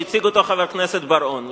אנחנו שמענו כאן חזון שהציג חבר הכנסת בר-און.